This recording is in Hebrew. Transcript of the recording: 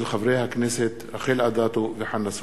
הצעתם של חברי הכנסת רחל אדטו וחנא סוייד.